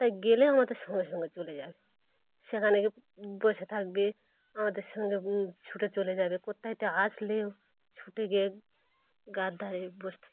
তাই গেলে আমাদের সঙ্গে সঙ্গে চলে যাবে সেখানে গিয়ে বসে থাকবে আমাদের সঙ্গে ছুটে চলে যাবে কোথাও থেকে আসলেও ছুটে গিয়ে গায়ের ধারে বসে থাকবে